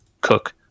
cook